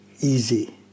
easy